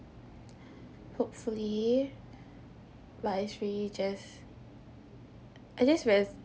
hopefully like it's really just at least we are s~